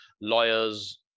lawyers